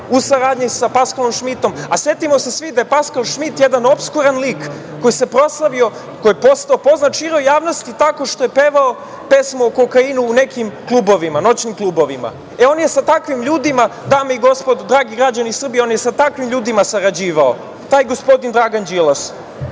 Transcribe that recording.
u saradnji sa Paskalom Šmitom, a setimo se svi da je Paskal Šmit jedan opskuran lik koji se proslavio, koji je postao poznat široj javnosti tako što je pevao pesmu o kokainu u nekim klubovima, noćnim klubovima. On je sa takvim ljudima, dame i gospodo, dragi građani Srbije, on je sa takvim ljudima sarađivao, taj gospodin Dragan Đilas,